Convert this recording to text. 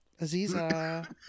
Aziza